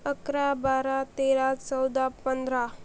अकरा बारा तेरा चौदा पंधरा